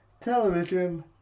television